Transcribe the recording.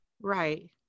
Right